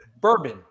Bourbon